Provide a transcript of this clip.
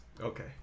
Okay